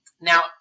Now